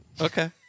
Okay